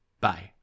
Bye